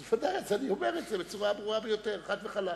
אז אני אומר את זה בצורה הברורה ביותר, חד וחלק.